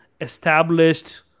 established